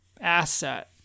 asset